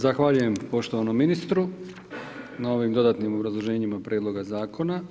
Zahvaljujem poštovanom ministru na ovim dodatnim obrazloženjima prijedloga zakona.